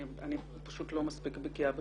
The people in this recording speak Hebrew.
אני פשוט לא מספיק בקיאה בתחום.